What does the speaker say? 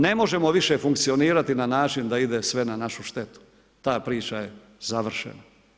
Ne možemo više funkcionirati na način da ide sve na našu štetu, ta priča je završena.